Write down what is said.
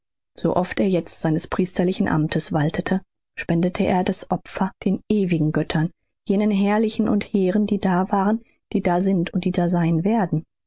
so oft er jetzt seines priesterlichen amtes waltete spendete er das opfer den ewigen göttern jenen herrlichen und hehren die da waren die da sind die da sein werden